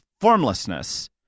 formlessness